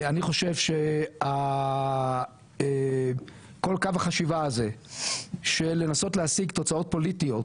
אני חושב שכל קו החשיבה הזה של לנסות להשיג תוצאות פוליטיות